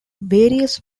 various